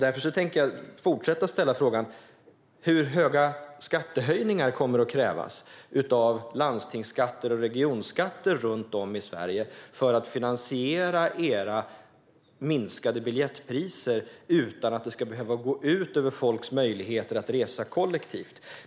Därför tänker jag fortsätta att ställa frågan: Hur höga höjningar av landstingsskatter och regionskatter runt om i Sverige för att finansiera era minskade biljettpriser utan att det ska behöva gå ut över folks möjligheter att resa kollektivt?